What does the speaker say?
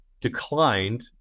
declined